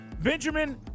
Benjamin